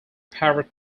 parrot